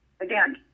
again